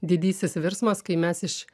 didysis virsmas kai mes iš